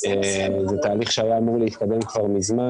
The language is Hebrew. זה תהליך שהיה אמור להתקבל כבר מזמן.